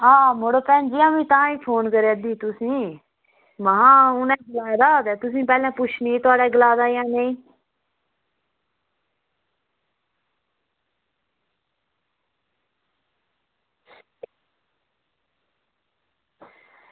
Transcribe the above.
आं मड़ो भैन जी आमीं तां गै फोन करा दी ही तुसें ई महां उनें गलाए दा ते पैह्लें तुसेंगी पुच्छी लैनी आं गलाए दा जां नेईं